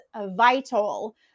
vital